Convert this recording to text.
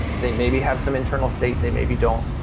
they maybe have some internal state, they maybe don't,